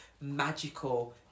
magical